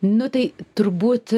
nu tai turbūt